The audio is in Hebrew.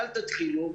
אל תתחילו.